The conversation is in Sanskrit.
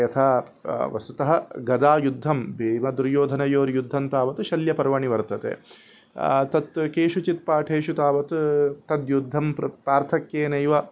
यथा वस्तुतः गदायुद्धं भीमदुर्योधनयुद्धं तावत् शल्यपर्वणि वर्तते तत् केषुचित् पाठेषु तावत् तद्युद्धं पृथक् पार्थक्येनैव